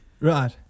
Right